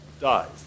dies